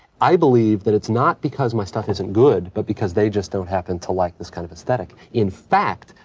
i believe that it's not because my stuff isn't good, but because they just don't happen to like this kind of esthetic. in fact,